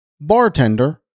bartender